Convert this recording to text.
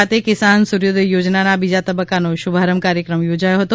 ખાતે કિસાન સૂર્યોદય યોજનાના બીજા તબક્કાનો શુભારંભ કાર્યક્રમ યોજાયો હતો